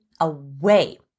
away